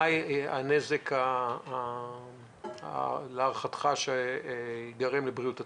מה הנזק שייגרם להערכתך לבריאות הציבור?